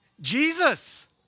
Jesus